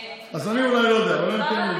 אז אני אולי לא יודע, אבל הם כן יודעים.